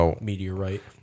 Meteorite